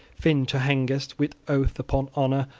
finn to hengest with oath, upon honor,